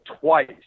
twice